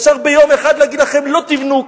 אפשר ביום אחד להגיד לכם: לא תבנו,